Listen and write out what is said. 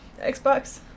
Xbox